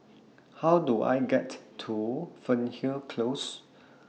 How Do I get to Fernhill Close